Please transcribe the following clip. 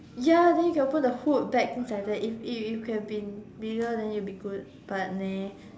ya then you can open the hood back things like that if if it could have been bigger then it will be good but nah